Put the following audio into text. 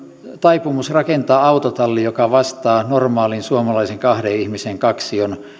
taipumus rakentaa autotalli joka vastaa normaalin suomalaisen kahden ihmisen kaksion